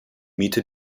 miete